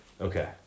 Okay